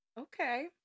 Okay